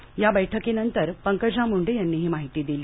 त्यांच्या बैठकीनंतर पंकजा मुंडे यांनी ही माहिती दिली